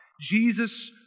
Jesus